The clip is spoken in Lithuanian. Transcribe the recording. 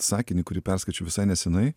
sakinį kurį perskaičiau visai nesenai